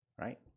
right